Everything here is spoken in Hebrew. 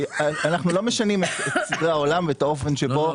אנחנו לא משנים את סדרי העולם ואת האופן שבו מתנהל התקציב.